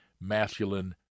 masculine